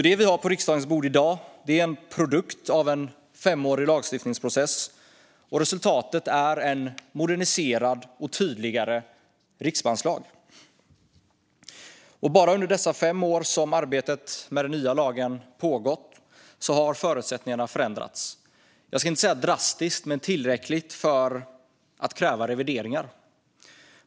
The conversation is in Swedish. Det vi har på riksdagens bord i dag är alltså en produkt av en femårig lagstiftningsprocess, och resultatet är en moderniserad och tydligare riksbankslag. Bara under de fem år som arbetet med den nya lagen har pågått har förutsättningarna förändrats - kanske inte drastiskt, men tillräckligt för att kräva revideringar.